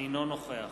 אינו נוכח